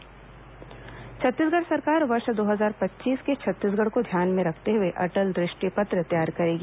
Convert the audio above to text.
अटल दृष्टि पत्र छत्तीसगढ़ सरकार वर्ष दो हजार पच्चीस के छत्तीसगढ़ को ध्यान में रखते हुए अटल दृष्टि पत्र तैयार करेगी